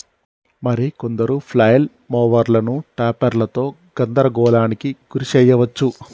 మరి కొందరు ఫ్లైల్ మోవరులను టాపెర్లతో గందరగోళానికి గురి శెయ్యవచ్చు